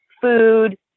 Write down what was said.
food